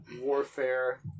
Warfare